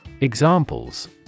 Examples